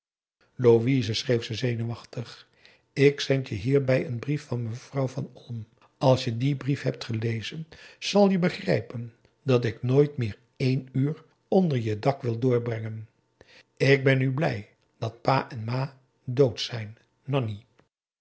zenuwachtig ik zend je hierbij een brief van mevrouw van olm als je dien brief hebt gelezen zal je begrijpen dat ik nooit meer één uur onder je dak wil doorbrengen ik ben nu blij dat pa en ma dood zijn